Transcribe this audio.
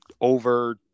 over